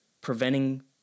preventing